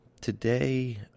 today